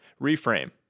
Reframe